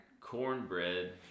Cornbread